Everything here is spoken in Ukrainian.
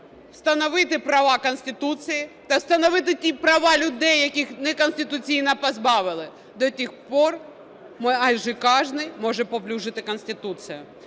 встановити права Конституції та встановити ті права людей, яких неконституційно позбавили, до тих пір майже кожний може паплюжити Конституцію.